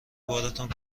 بارتان